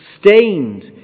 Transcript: stained